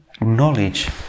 knowledge